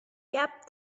cap